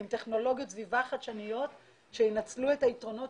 עם טכנולוגיות סביבה חדשניות שינצלו את היתרונות